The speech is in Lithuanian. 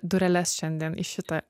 dureles šiandien į šitą